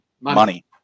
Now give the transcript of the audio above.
Money